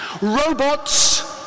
Robots